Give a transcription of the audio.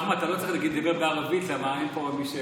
בבקשה.